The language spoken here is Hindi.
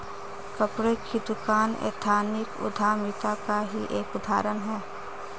कपड़ों की दुकान एथनिक उद्यमिता का ही एक उदाहरण है